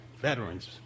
veterans